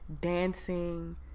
dancing